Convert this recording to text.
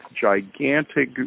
gigantic